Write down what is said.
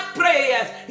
prayers